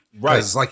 Right